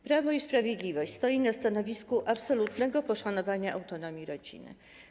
Prawo i Sprawiedliwość stoi na stanowisku absolutnego poszanowania autonomii rodziny.